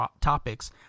topics